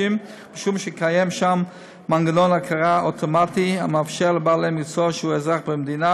משום שקיים שם מנגנון הכרה אוטומטי המאפשר לבעל מקצוע שהוא אזרח במדינה